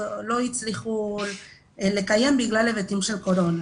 לא הצליחו לקיים בגלל היבטים של קורונה,